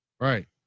Right